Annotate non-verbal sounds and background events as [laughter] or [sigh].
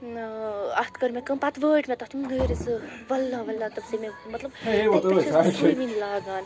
ٲں اَتھ کٔر مےٚ کٲم پَتہٕ وٲٹۍ مےٚ تَتھ تِم نٔرۍ زٕ وَللہ وَللہ [unintelligible] مےٚ مطلب [unintelligible] لاگان